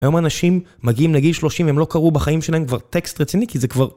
היום אנשים מגיעים לגיל 30, הם לא קראו בחיים שלהם כבר טקסט רציני כי זה כבר...